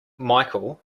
micheal